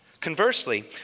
Conversely